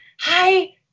Hi